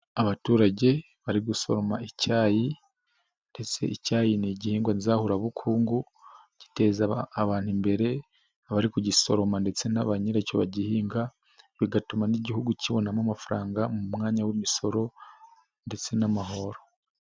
Abaturage bari gusoroma icyayi ndetse icyayi n'igihingwa nzahurabukungu, giteza abantu imbere, abari kugisoroma ndetse na banyiracyo bagihinga, bigatuma n'Igihugu kibonamo amafaranga mu mwanya w'imisoro ndetse n'amahoro.